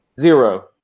Zero